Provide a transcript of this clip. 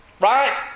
Right